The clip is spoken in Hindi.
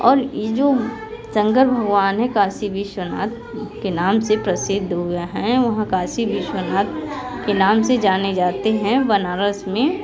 और ये जो शंकर भगवान है काशी बिश्वनाथ के नाम से प्रसिद्ध हुए हैं वहाँ काशी बिश्वनाथ के नाम से जाने जाते हैं बनारस में